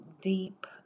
deep